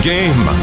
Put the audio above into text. Game